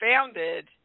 founded